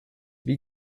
wie